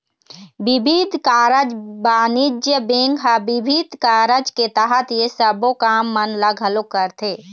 बिबिध कारज बानिज्य बेंक ह बिबिध कारज के तहत ये सबो काम मन ल घलोक करथे